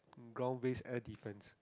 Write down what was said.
ground based air defense